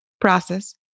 process